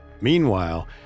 Meanwhile